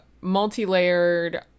multi-layered